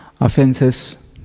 offences